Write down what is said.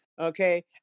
okay